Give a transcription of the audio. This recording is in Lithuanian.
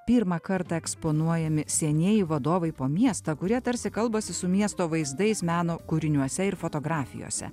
pirmą kartą eksponuojami senieji vadovai po miestą kurie tarsi kalbasi su miesto vaizdais meno kūriniuose ir fotografijose